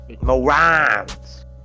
Morons